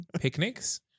picnics